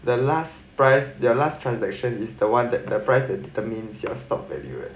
the last price their last transaction is the one that the price that determines your stock value eh